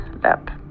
lab